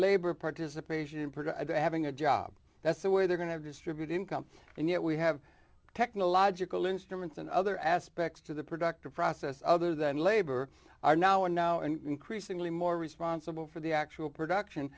labor participation in part a having a job that's the way they're going to distribute income and yet we have technological instruments and other aspects to the productive process other than labor are now are now increasingly more responsible for the actual production